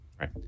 Right